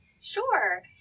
sure